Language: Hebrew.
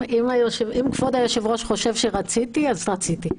אם כבוד היושב-ראש חושב שרציתי אז רציתי.